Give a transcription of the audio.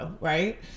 Right